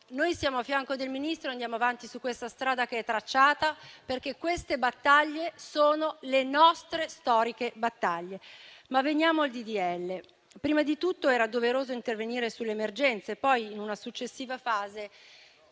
Noi siamo a fianco del Ministro e andiamo avanti su questa strada che è tracciata, perché queste battaglie sono le nostre storiche battaglie. Veniamo quindi al disegno di legge. Prima di tutto era doveroso intervenire sulle emergenze; poi, in una successiva fase,